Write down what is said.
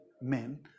men